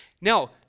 Now